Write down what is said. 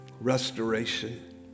restoration